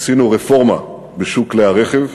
עשינו רפורמה בשוק כלי הרכב,